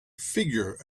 figure